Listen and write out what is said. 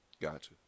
gotcha